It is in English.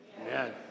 Amen